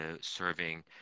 serving